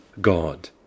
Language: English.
God